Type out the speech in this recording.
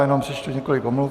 Jenom přečtu několik omluv.